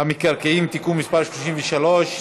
המקרקעין (תיקון מס' 33),